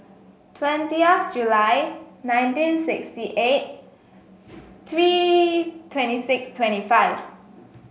twentieth July nineteen sixty eight three twenty six twenty five